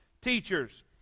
teachers